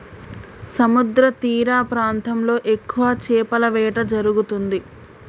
సముద్రతీర ప్రాంతాల్లో ఎక్కువ చేపల వేట జరుగుతుంది